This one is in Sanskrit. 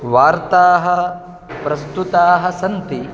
वार्ताः प्रस्तुताः सन्ति